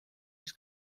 mis